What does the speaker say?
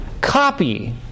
Copy